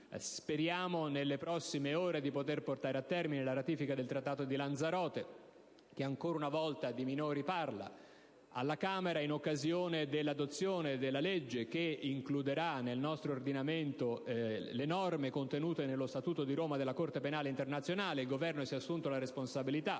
Speriamo, nelle prossime ore, di portare a termine la ratifica della Convenzione di Lanzarote, che ancora una volta parla di minori. Alla Camera, in occasione dell'adozione della legge che includerà nel nostro ordinamento le norme contenute nello Statuto di Roma della Corte penale internazionale, il Governo si è assunto la responsabilità,